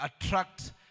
attract